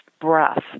breath